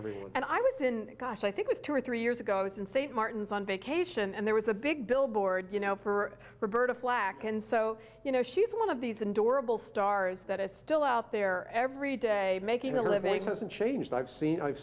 everything and i was in gosh i think was two or three years ago i was in st martin's on vacation and there was a big billboard you know for roberta flack and so you know she's one of these endurable stars that is still out there every day making a living so some changed i've seen i've